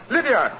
Lydia